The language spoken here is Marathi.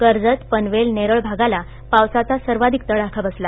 कजत पनवेल नेरळ भागाला पावसाचा सवाधिक तडाखा बसला